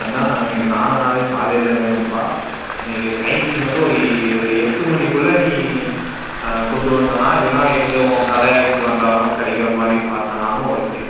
அதுதான் எனக்கு நால நாளைக்கு காலையில் வேணும்ப்பா நீ டைமிங் வந்து ஒரு ஒரு எட்டு மணிக்குள்ள நீ கொண்டு வந்தனா இல்லைன்னா எங்கே உன் கடைக்கு வந்தாலும் கிடைக்கிற மாதிரி பார்த்தனாலும் ஓகே